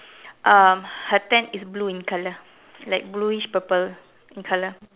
um her tent is blue in color like blueish purple in color